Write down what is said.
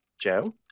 Joe